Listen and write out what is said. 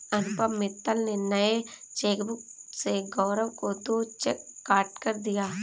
अनुपम मित्तल ने नए चेकबुक से गौरव को दो चेक काटकर दिया